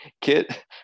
Kit